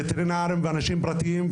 וטרינרים ואנשים פרטיים,